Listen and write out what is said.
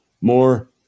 more